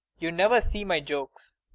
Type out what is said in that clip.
you never see my jokes.